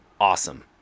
awesome